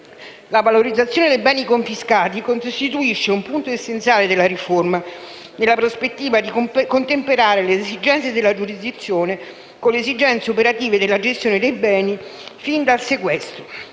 La valorizzazione dei beni confiscati costituisce un punto essenziale della riforma nella prospettiva di contemperare le esigenze della giurisdizione con le esigenze operative della gestione dei beni fin dal sequestro.